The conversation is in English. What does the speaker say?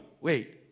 wait